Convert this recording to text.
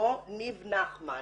ששמו יניב נחמן,